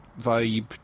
Vibe